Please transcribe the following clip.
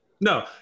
No